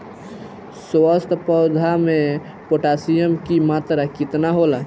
स्वस्थ पौधा मे पोटासियम कि मात्रा कितना होला?